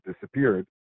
disappeared